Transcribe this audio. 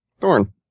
Thorn